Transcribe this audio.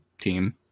team